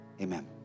Amen